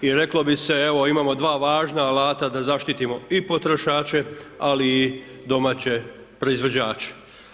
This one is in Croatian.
I reklo bi se evo imamo dva važna alata da zaštitimo i potrošače ali i domaće proizvođače.